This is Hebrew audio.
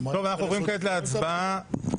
נעבור להצבעה,